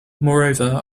moreover